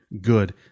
good